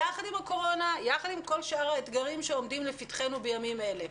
הקורונה וכל שאר האתגרים שעומדים לפתחנו בימים אלה.